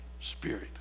spirit